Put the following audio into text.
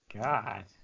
god